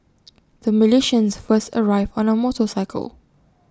the Malaysians first arrived on A motorcycle